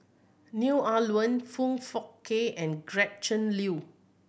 Neo Ah Luan Foong Fook Kay and Gretchen Liu